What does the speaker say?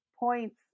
points